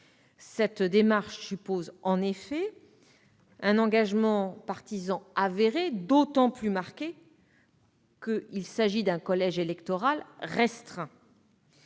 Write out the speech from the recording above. Cette démarche suppose un engagement partisan avéré, d'autant plus marqué qu'il s'agit d'un collège électoral restreint.